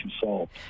solved